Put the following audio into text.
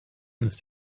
this